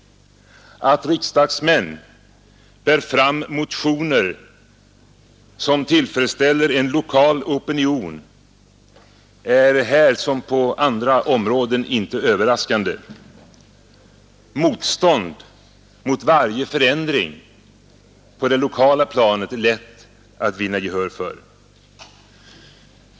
Att riksdagsmän bär fram motioner som tillfredsställer en lokal opinion är här som på andra områden inte heller överraskande. Motstånd mot varje förändring på det lokala planet är lätt att vinna gehör för.